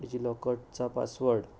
digi लॉकरचा password